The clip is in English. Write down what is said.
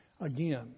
Again